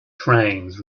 trains